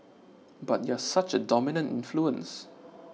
but you're such a dominant influence